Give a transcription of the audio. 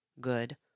Good